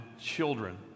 children